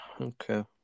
Okay